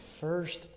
first